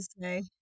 say